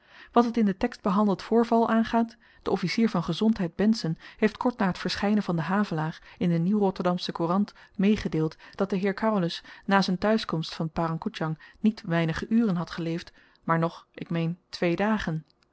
wat het in den tekst behandeld voorval aangaat de officier van gezondheid bensen heeft kort na t verschynen van den havelaar in de n rotterdamsche courant meegedeeld dat de heer carolus na z'n tehuiskomst van parang koedjang niet weinige uren had geleefd maar nog ik meen twee dagen